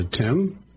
Tim